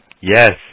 Yes